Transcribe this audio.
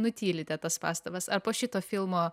nutylite tas pastabas ar po šito filmo